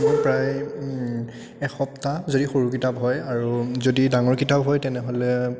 প্ৰায় এসপ্তাহ যদি সৰু কিতাপ হয় আৰু যদি ডাঙৰ কিতাপ হয় তেনেহ'লে